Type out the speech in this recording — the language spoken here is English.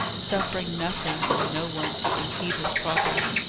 suffering nothing and no one to impede his progress.